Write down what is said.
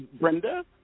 Brenda